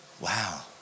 Wow